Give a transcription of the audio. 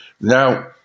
Now